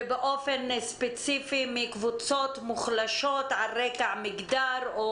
ובאופן ספציפי מקבוצות מוחלשות על רקע מגדר,